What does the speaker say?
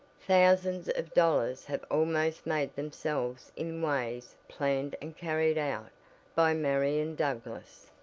thousands of dollars have almost made themselves in ways planned and carried out by marian douglass,